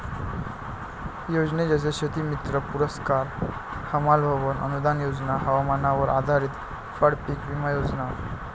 योजने जसे शेतीमित्र पुरस्कार, हमाल भवन अनूदान योजना, हवामानावर आधारित फळपीक विमा योजना